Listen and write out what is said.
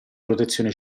protezione